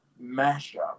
mashup